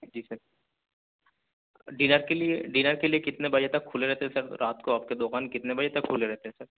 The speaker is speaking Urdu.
جی سر ڈنر کے لیے ڈنر کے لیے کتنے بجے تک کھلے رہتے ہیں سر رات کو آپ کے دوکان کتنے بجے تک کھلے رہتے ہیں سر